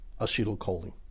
acetylcholine